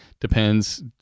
depends